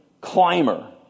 climber